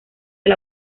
del